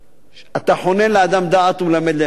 אתה חונן לאדם דעת ומלמד לאנוש בינה.